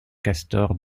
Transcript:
castor